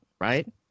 Right